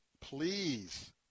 please